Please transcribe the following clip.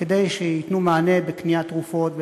כדי שייתנו מענה בקניית תרופות,